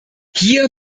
hier